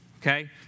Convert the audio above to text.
okay